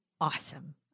awesome